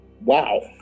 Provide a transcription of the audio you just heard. Wow